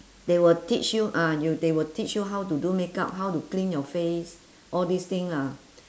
they will teach you ah you they will teach you how to do makeup how to clean your face all these thing lah